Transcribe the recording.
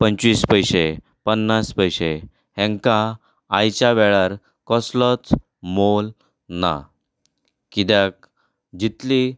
पंचवीस पयशे पन्नास पयशे हांकां आयच्या वेळार कसलोच मोल ना किद्याक जितली